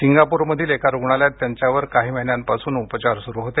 सिंगापूरमधील एका रुग्णालयात त्यांच्यावर काही महिन्यांपासून उपचार सुरु होते